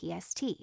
PST